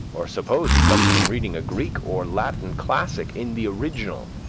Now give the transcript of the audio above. or suppose he comes from reading a greek or latin classic in the original,